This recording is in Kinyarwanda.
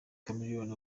chameleone